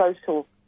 social